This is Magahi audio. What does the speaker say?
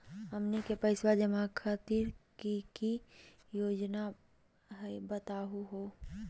हमनी के पैसवा जमा खातीर की की योजना हई बतहु हो?